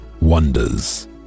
wonders